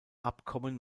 abkommen